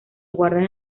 guardan